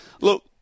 look